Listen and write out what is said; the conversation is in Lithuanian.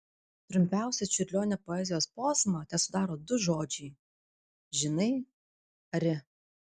trumpiausią čiurlionio poezijos posmą tesudaro du žodžiai žinai ari